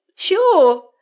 Sure